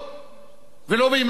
ולובים למיניהם בכל העולם,